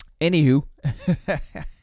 anywho